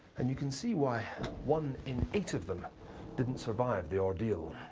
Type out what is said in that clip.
and you can see why one in eight of them didn't survive the ordeai.